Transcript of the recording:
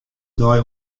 dei